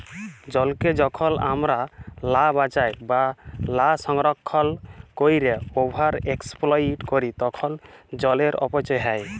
জলকে যখল আমরা লা বাঁচায় বা লা সংরক্ষল ক্যইরে ওভার এক্সপ্লইট ক্যরি তখল জলের অপচয় হ্যয়